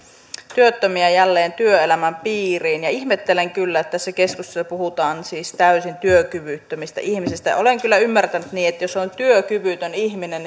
työttömiä ihmisiä jälleen työelämän piiriin ja ihmettelen kyllä että tässä keskustelussa puhutaan täysin työkyvyttömistä ihmisistä olen kyllä ymmärtänyt että jos on työkyvytön ihminen